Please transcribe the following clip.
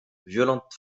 violent